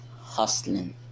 hustling